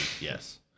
yes